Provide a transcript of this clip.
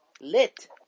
Lit